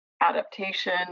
adaptation